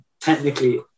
technically